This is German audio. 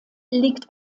liegt